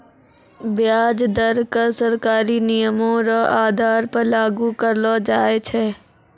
व्याज दर क सरकारी नियमो र आधार पर लागू करलो जाय छै